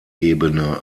ebene